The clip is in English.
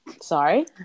sorry